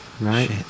Right